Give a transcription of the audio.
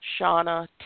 Shauna